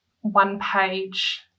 one-page